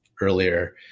earlier